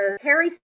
harry